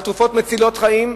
על תרופות מצילות חיים,